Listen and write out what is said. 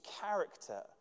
character